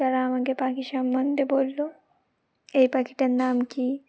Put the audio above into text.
তারা আমাকে পাখি সম্বন্ধে বললো এই পাখিটার নাম কি